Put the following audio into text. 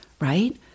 right